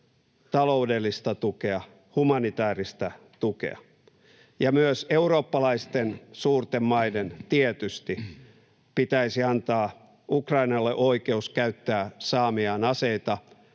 taloudellista tukea, humanitääristä tukea. Ja myös eurooppalaisten suurten maiden tietysti pitäisi antaa Ukrainalle oikeus käyttää saamiaan aseita